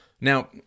Now